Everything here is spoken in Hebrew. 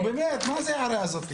נו, באמת, מה זאת ההערה הזאת?